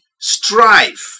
strife